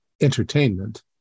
entertainment